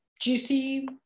juicy